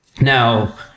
Now